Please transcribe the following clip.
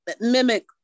mimic